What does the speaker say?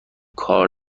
کار